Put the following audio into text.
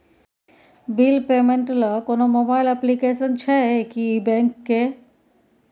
Bill payment ल कोनो mobile application छै की बैंक के?